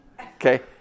Okay